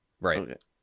right